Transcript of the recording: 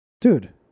Dude